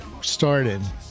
started